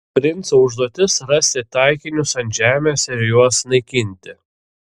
princo užduotis rasti taikinius ant žemės ir juos naikinti